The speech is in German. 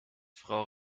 frau